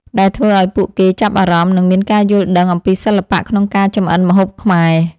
ដែលធ្វើឲ្យពួកគេចាប់អារម្មណ៍ និងមានការយល់ដឹងអំពីសិល្បៈក្នុងការចម្អិនម្ហូបខ្មែរ។